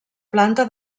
planta